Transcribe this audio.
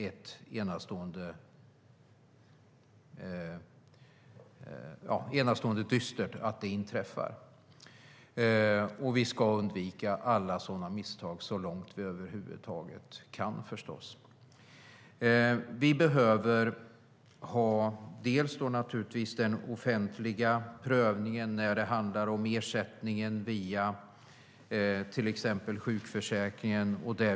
Vi ska förstås undvika alla sådana misstag så långt vi över huvud taget kan. Vi behöver naturligtvis ha den offentliga prövningen när det handlar om ersättning via till exempel sjukförsäkringen.